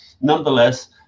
Nonetheless